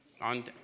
on